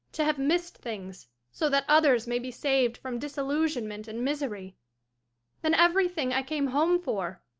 to have missed things, so that others may be saved from disillusionment and misery then everything i came home for,